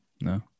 No